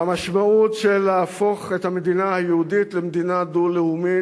והמשמעות של להפוך את המדינה היהודית למדינה דו-לאומית,